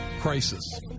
Crisis